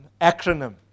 acronym